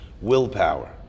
willpower